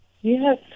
Yes